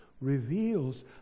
reveals